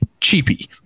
cheapy